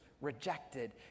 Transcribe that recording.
rejected